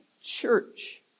church